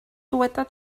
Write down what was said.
dyweda